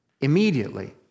immediately